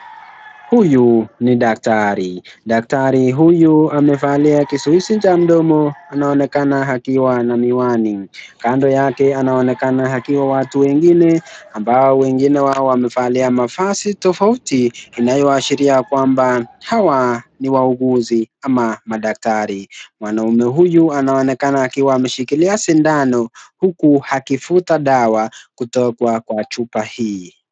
Huyu ni daktari. Daktari huyu amevalia kizuizi cha mdomo, anaonekana akiwa na miwani. Kando yake anaonekana akiwa watu wengine ambao wengine wao wamevalia mavazi tofauti, inayoashiria kwamba hawa ni wauguzi ama madaktari. Mwanaume huyu anaonekana akiwa ameshikilia sindano huku akivuta dawa kutoka kwa chupa hii.